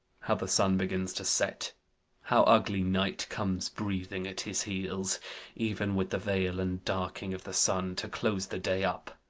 how the sun begins to set how ugly night comes breathing at his heels even with the vail and dark'ning of the sun, to close the day up,